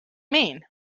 mean